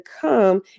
come